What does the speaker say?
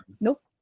Nope